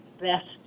best